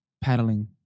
paddling